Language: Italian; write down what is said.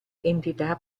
entità